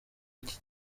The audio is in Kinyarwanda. iki